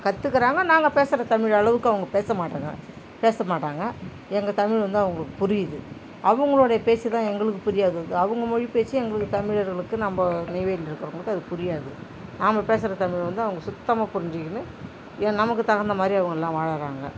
கற்றுக்குறாங்க நாங்கள் பேசுகிற தமிழ் அளவுக்கு அவங்க பேசமாட்டங்கராக பேசமாட்டாங்க எங்கள் தமிழ் வந்து அவங்களுக்கு புரியுது அவங்களோடைய பேச்சு தான் எங்களுக்கு புரியாது அவங்க மொழிப்பேச்சு எங்களுக்கு தமிழர்களுக்கு நம்ம நெய்வேலியில் இருக்கிறவங்கலுக்கு அது புரியாது நாம் பேசுகிற தமிழ் வந்து அவங்க சுத்தமாக புரிஞ்சிகின்னு நமக்கு தகுந்த மாதிரி அவங்கள்லாம் வாழுகிறாங்க